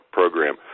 program